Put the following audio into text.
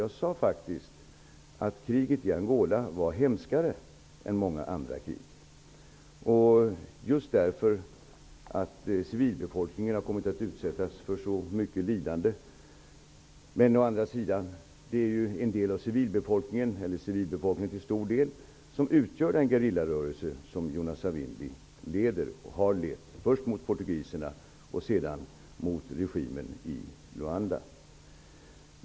Jag sade faktiskt att kriget i Angola var hemskare än många andra krig just därför att civilbefolkningen har utsatts för så mycket lidande. Men å andra sidan är det till stor del civilbefolkningen som utgör den gerillarörelse som Jonas Savimbi leder och har lett först mot portugiserna och sedan mot regimen i Luanda.